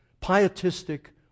pietistic